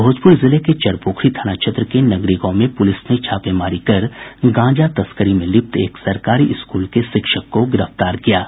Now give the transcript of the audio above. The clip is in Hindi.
भोजपूर जिले के चरपोखरी थाना क्षेत्र के नगरी गांव में पूलिस ने छापेमारी कर गांजा तस्करी में लिप्त एक सरकारी स्कूल के शिक्षक को गिरफ्तार किया है